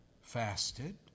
fasted